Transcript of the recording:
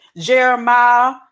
Jeremiah